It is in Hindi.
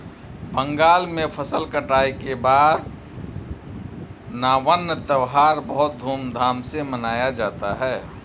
बंगाल में फसल कटाई के बाद नवान्न त्यौहार बहुत धूमधाम से मनाया जाता है